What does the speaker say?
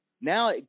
Now